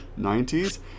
90s